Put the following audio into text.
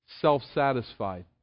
self-satisfied